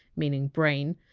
meaning! brain!